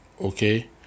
okay